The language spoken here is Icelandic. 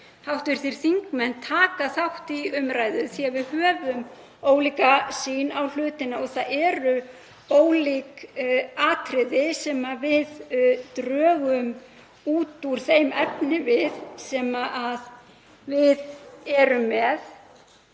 margir hv. þingmenn taka þátt í umræðunni því að við höfum ólíka sýn á hlutina og það eru ólík atriði sem við drögum út úr þeim efnivið sem við erum með.